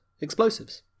explosives